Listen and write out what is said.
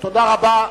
תודה רבה.